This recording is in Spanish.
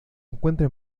encuentra